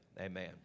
Amen